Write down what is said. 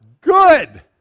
Good